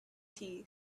tea